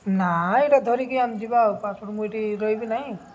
ନାଇଁ ଏଇଟା ଧରିକି ଆମେ ଯିବା ଆଉ ପାସ୍ପୋର୍ଟ୍ ମୁଁ ଏଇଠି ରହିବି ନାହିଁ